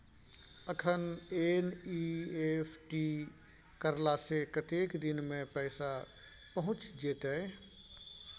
अखन एन.ई.एफ.टी करला से कतेक दिन में पैसा पहुँच जेतै?